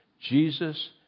Jesus